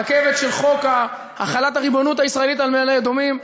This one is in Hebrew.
הרכבת של חוק החלת הריבונות הישראלית על מעלה-אדומים,